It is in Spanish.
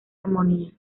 armonía